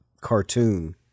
cartoon